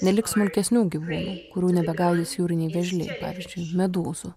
neliks smulkesnių gyvūnų kurių nebegaudys jūriniai vėžliai pavyzdžiui medūzų